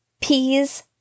peas